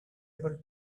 able